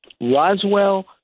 Roswell